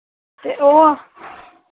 ते ओह्